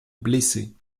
blessés